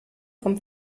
vom